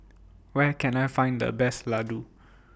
Where Can I Find The Best Ladoo